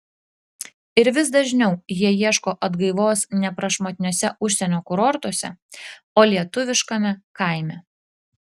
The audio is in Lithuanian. ir vis dažniau jie ieško atgaivos ne prašmatniuose užsienio kurortuose o lietuviškame kaime